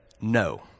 No